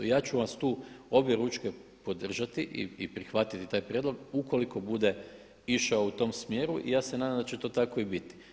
Ja ću vas tu objeručke podržati i prihvatiti taj prijedlog ukoliko bude išao u tom smjeru i ja se nadam da će to tako i biti.